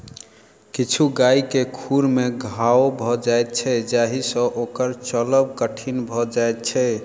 किछु गाय के खुर मे घाओ भ जाइत छै जाहि सँ ओकर चलब कठिन भ जाइत छै